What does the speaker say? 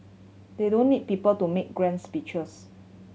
they don't need people to make grand speeches